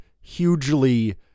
hugely